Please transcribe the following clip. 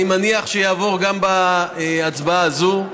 אני מניח שיעבור גם בהצבעה הזו.